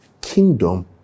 Kingdom